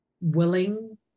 willing